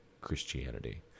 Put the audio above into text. christianity